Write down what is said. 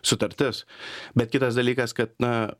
sutartis bet kitas dalykas kad na